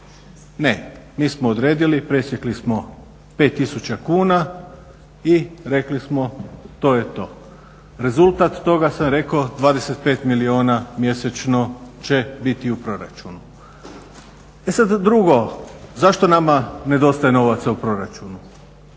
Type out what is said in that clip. Ne, mi smo odredili presjekli smo 5 tisuća kuna i rekli smo to je to. Rezultat toga sam rekao 25 milijuna mjesečno će biti u proračunu. E sada drugo, zašto nama nedostaje novaca u proračunu?